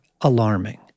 alarming